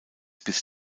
bis